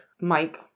Mike